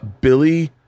Billy